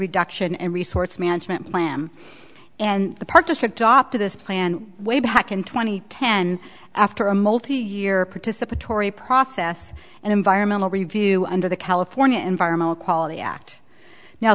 reduction and resorts management lamb and the park district offer this plan way back in twenty ten after a multi year participatory process and environmental review under the california environmental quality act no